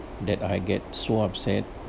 that I get so upset